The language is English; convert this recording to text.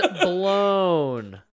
blown